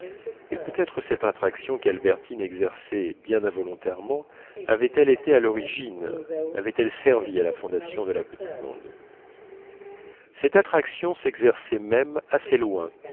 et peut-être cette attraction qu'albertine exerçait bien involontairement avait-elle été à l'origine avait-elle servi à la fondation de la petite bande cette attraction s'exerçait même assez loin